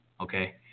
Okay